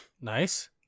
Nice